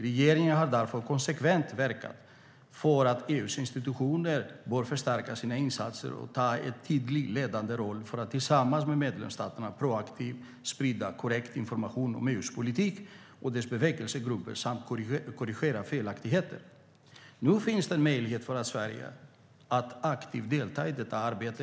Regeringen har därför konsekvent verkat för att EU:s institutioner bör förstärka sina insatser och ta en tydlig, ledande roll för att - tillsammans med medlemsstaterna - proaktivt sprida korrekt information om EU:s politik och dess bevekelsegrunder samt korrigera felaktigheter." Nu finns det möjlighet för Sverige att aktivt delta i detta arbete.